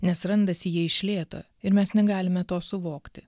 nes randasi jie iš lėto ir mes negalime to suvokti